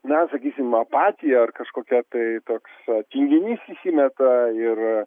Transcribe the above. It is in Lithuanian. na sakysim apatija ar kažkokia tai toks tinginys įsimeta ir